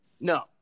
No